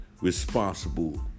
responsible